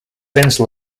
since